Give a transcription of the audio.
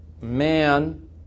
man